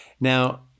Now